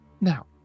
Now